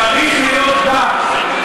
צריך להיות כאן.